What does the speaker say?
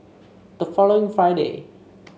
the following Friday